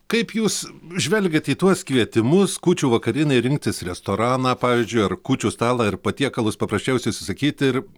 kaip jūs žvelgiat į tuos kvietimus kūčių vakarienei rinktis restoraną pavyzdžiui ar kūčių stalą ir patiekalus paprasčiausiai užsisakyti ir